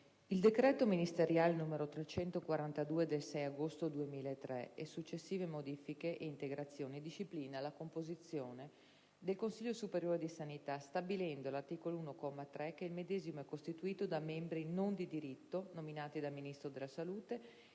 il decreto ministeriale n. 342 del 6 agosto 2003, e successive modifiche e integrazioni, disciplina la composizione del Consiglio superiore di sanità, stabilendo, all'articolo 1, comma 3, che il medesimo è costituito da membri non di diritto, nominati dal Ministro della salute,